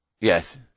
Yes